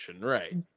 right